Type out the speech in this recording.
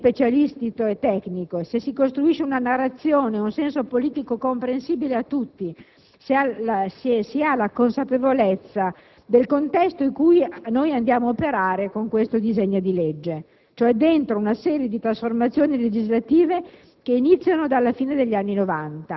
di questo argomento apparentemente specialistico e tecnico e se si costruisce una narrazione, un senso politico comprensibile a tutti; se si ha la consapevolezza del contesto in cui andiamo a operare con questo disegno di legge, cioè dentro una serie di trasformazioni legislative